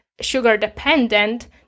sugar-dependent